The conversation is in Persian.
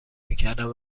میکردم